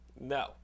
No